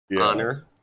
honor